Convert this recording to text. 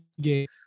game